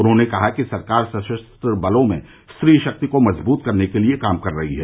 उन्होंने कहा कि सरकार सशस्त्र बलों में स्त्री शक्ति को मजबूत करने के लिए काम कर रही है